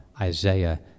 Isaiah